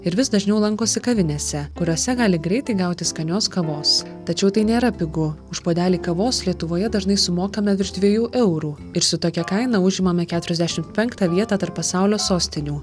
ir vis dažniau lankosi kavinėse kuriose gali greitai gauti skanios kavos tačiau tai nėra pigu už puodelį kavos lietuvoje dažnai sumokame virš dviejų eurų ir su tokia kaina užimame keturiasdešim penktą vietą tarp pasaulio sostinių